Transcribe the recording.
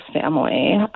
family